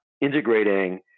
integrating